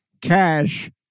cash